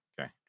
Okay